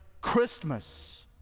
Christmas